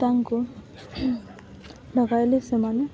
ତାଙ୍କୁ ଲଗାଇଲେ ସେମାନେ